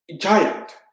giant